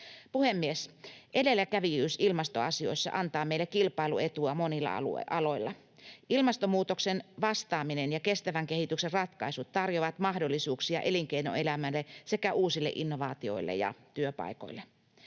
Puhemies! Edelläkävijyys ilmastoasioissa antaa meille kilpailuetua monilla aloilla. Ilmastonmuutokseen vastaaminen ja kestävän kehityksen ratkaisut tarjoavat mahdollisuuksia elinkeinoelämälle sekä uusille innovaatioille ja työpaikoille.